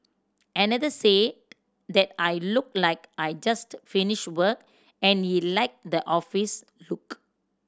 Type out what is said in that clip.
another said that I looked like I just finished work and he liked the office look